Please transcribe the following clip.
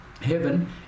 Heaven